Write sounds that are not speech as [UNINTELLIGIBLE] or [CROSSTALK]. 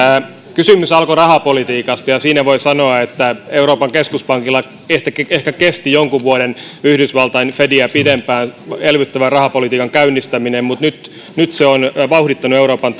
kysymys alkoi rahapolitiikasta ja siinä voi sanoa että euroopan keskuspankilla ehkä ehkä kesti jonkun vuoden yhdysvaltain fediä pidempään elvyttävän rahapolitiikan käynnistäminen mutta nyt nyt se on vauhdittanut euroopan [UNINTELLIGIBLE]